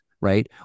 right